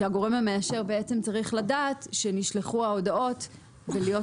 שהגורם המאשר צריך לדעת שנשלחו ההודעות ולהיות